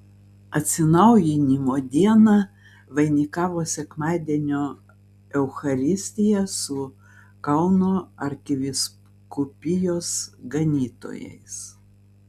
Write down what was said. atsinaujinimo dieną vainikavo sekmadienio eucharistija su kauno arkivyskupijos ganytojais